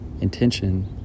intention